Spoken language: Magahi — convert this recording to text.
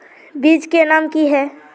बीज के नाम की है?